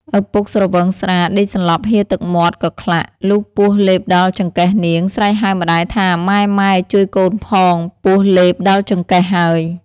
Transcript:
ឪពុកស្រវឹងស្រាដេកសន្លប់ហៀរទឹកមាត់កក្លាក់ ។ លុះពស់លេបដល់ចង្កេះនាង ស្រែកហៅម្ដាយថា “ម៉ែៗ ជួយកូនផងពស់លេបដល់ចង្កេះហើយ ” ។